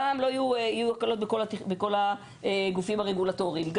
גם יהיו הקלות בכל הגופים הרגולטוריים,